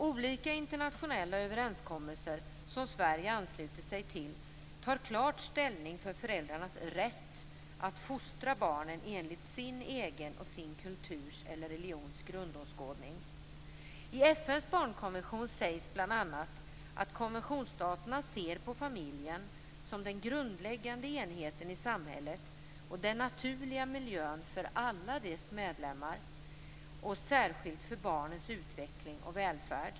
Olika internationella överenskommelser som Sverige anslutit sig till tar klart ställning för föräldrarnas rätt att fostra barnen enligt sin egen kulturs eller religions grundåskådning. I FN:s barnkonvention sägs bl.a. att konventionsstaterna ser familjen som den grundläggande enheten i samhället och den naturliga miljön för alla dess medlemmar, särskilt för barnens utveckling och välfärd.